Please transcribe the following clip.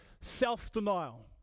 self-denial